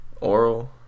Oral